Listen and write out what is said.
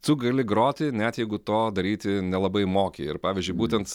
tu gali groti net jeigu to daryti nelabai moki ir pavyzdžiui būtent